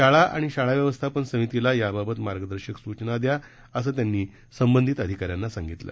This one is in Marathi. शाळा आणि शाळा व्यवस्थापन समितीला याबाबत मार्गदर्शक सूचना द्या असं त्यांनी संबंधित अधिकाऱ्यांना सांगितलं